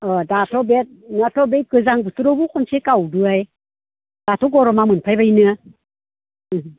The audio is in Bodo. अ दाथ' बे दाथ' बै गोजां बोथोरावबो खनसे गावबाय दाथ' गरमा मोनफैबायनो ओं